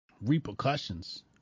repercussions